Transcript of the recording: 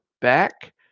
back